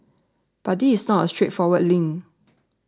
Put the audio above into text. but this is not a straightforward link